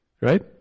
Right